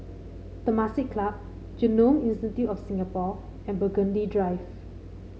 Temasek Club Genome Institute of Singapore and Burgundy Drive